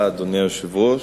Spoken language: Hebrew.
אדוני היושב-ראש,